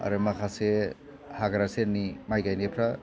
आरो माखासे हाग्रा सेरनि माइ गायनायफ्रा